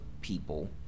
people